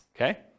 Okay